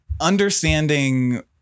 understanding